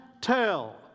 tell